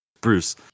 Bruce